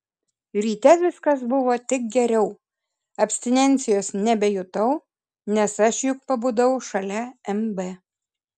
ryte viskas buvo tik geriau abstinencijos nebejutau nes aš juk pabudau šalia mb